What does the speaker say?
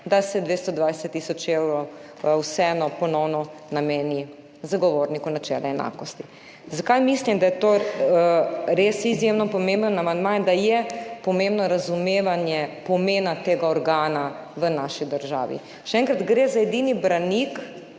da se 220 tisoč evrov vseeno ponovno nameni Zagovorniku načela enakosti. Zakaj mislim, da je to res izjemno pomemben amandma in da je pomembno razumevanje pomena tega organa v naši državi? Še enkrat, gre za edini branik